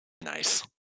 Nice